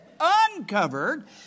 uncovered